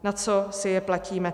Na co si je platíme.